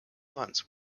months